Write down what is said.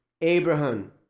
Abraham